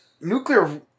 Nuclear